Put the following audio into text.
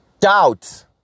Doubt